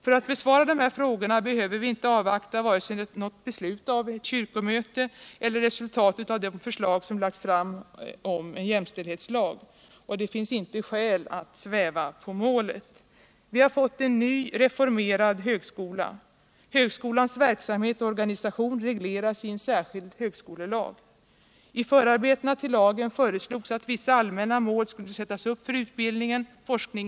För att besvara de här frågorna behöver vi inte avvakta vare sig något beslut av ett kyrkomöte eller resultatet av de förslag som lagts fram om en jämstiälldhetslag.